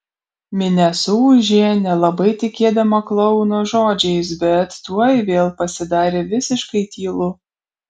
minia suūžė nelabai tikėdama klouno žodžiais bet tuoj vėl pasidarė visiškai tylu